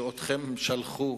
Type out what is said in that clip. שאתכם הן שלחו